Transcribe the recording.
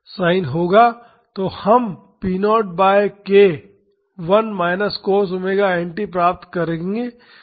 तो हम p 0 by k 1 minus cos omega n t प्राप्त करेंगे